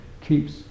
keeps